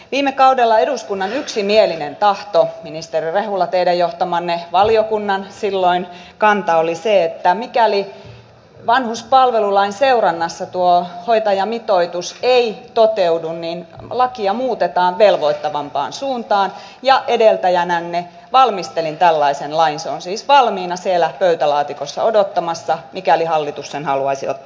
viime kaudella eduskunnan yksimielinen tahto ministeri rehula teidän silloin johtamanne valiokunnan kanta oli se että mikäli vanhuspalvelulain seurannassa tuo hoitajamitoitus ei toteudu niin lakia muutetaan velvoittavampaan suuntaan ja edeltäjänänne valmistelin tällaisen lain se on siis valmiina siellä pöytälaatikossa odottamassa mikäli hallitus sen haluaisi ottaa käyttöön